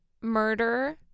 murder